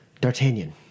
D'Artagnan